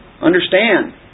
Understand